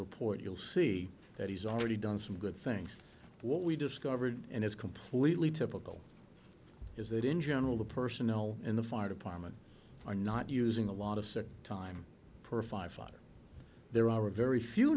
report you'll see that he's already done some good things what we discovered and it's completely typical is that in general the personnel in the fire department are not using a lot of time per five five there are a very few